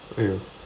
!aiyo!